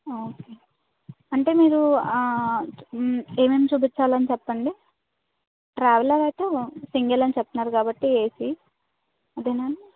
okay అంటే మీరు ఏమేమి చూపించాలి అని చెప్పండి ట్రావెలర్ అయితే సింగల్ అని చెప్తున్నారు కాబట్టి ఏసీ అదే